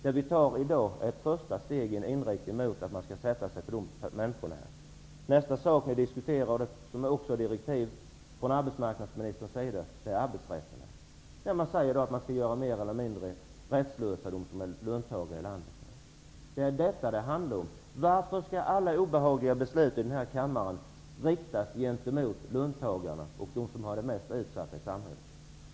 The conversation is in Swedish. Dagens beslut är ett första steg mot inriktningen att man skall sätta sig på de arbetslösa och löntagarna. Nästa fråga är arbetsrätten, där arbetsmarknadsministern också har utfärdat direktiv. Löntagarna skall bli mer eller mindre rättslösa. Varför skall alla obehagliga beslut i denna kammare riktas gentemot löntagarna och dem som är mest utsatta i samhället?